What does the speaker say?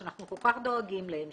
שאנחנו כל כך דואגים להם,